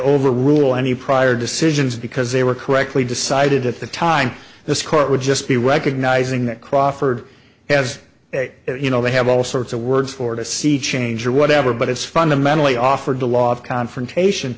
overrule any prior decisions because they were correctly decided at the time this court would just be recognizing that crawford has you know they have all sorts of words for to see change or whatever but it's fundamentally offered a lot of confrontation